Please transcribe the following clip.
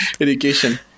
education